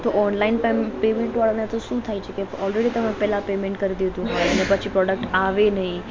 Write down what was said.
તો ઑનલાઇન પેમ પેમેન્ટવાળાને તો શું થાય છે કે ઓલરેડી તમે પહેલાં પેમેન્ટ કરી દીધું હોય અને પછી પ્રોડક્ટ આવે નહીં